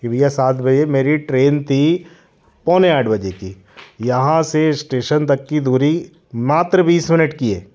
भईया सात बजे मेरी ट्रेन थी पौने आठ बजे की यहाँ से इस्टेशन तक की दूरी मात्र बीस मिनट की है